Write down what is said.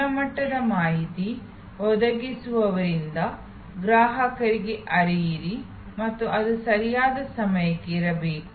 ಗುಣಮಟ್ಟದ ಮಾಹಿತಿ ಒದಗಿಸುವವರಿಂದ ಗ್ರಾಹಕರಿಗೆ ಹರಿಯಿರಿ ಮತ್ತು ಅದು ಸರಿಯಾದ ಸಮಯಕ್ಕೆ ಇರಬೇಕು